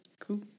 Cool